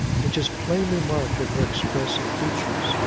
which is plainly marked in her expressive features.